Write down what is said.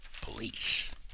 Police